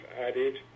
added